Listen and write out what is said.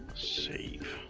save.